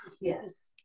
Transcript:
Yes